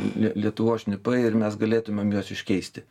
lie lietuvos šnipai ir mes galėtumėm juos iškeisti